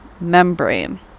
membrane